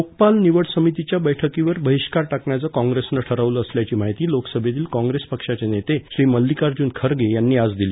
लोकपाल निवड समितीच्या बैठकीवर बहिष्कार टाकण्याचं काँप्रेसनं ठरवलं असल्याची माहिती लोकसभेतील काँग्रेस पक्षाचे नेते श्री मल्लीकार्जून खरगे यांनी आज दिली